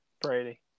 Brady